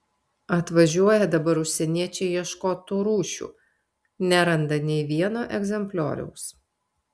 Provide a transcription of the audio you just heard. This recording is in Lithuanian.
atvažiuoja dabar užsieniečiai ieškot tų rūšių neranda nei vieno egzemplioriaus